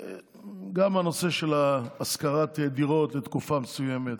גם הנושא של השכרת דירות לתקופה מסוימת,